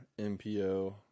MPO